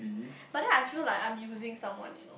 but then I feel like I'm using someone you know